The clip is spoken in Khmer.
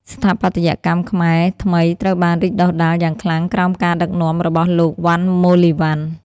ស្ថាបត្យកម្មខ្មែរថ្មីត្រូវបានរីកដុះដាលយ៉ាងខ្លាំងក្រោមការដឹកនាំរបស់លោក វណ្ណ មូលីវណ្ណ។